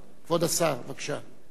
כבוד השר, בבקשה.